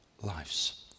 lives